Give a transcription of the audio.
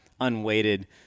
unweighted